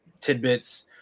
tidbits